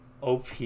Op